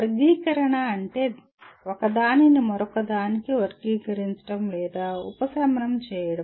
వర్గీకరణ అంటే ఒకదానిని మరొకదానికి వర్గీకరించడం లేదా ఉపశమనం చేయడం